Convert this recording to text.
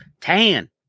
Tan